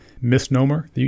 misnomer